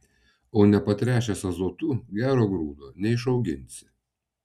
o nepatręšęs azotu gero grūdo neišauginsi